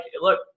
look